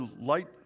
light